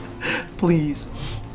please